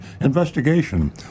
investigation